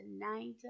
tonight